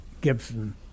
Gibson